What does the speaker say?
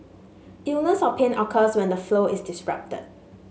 illness or pain occurs when the flow is disrupted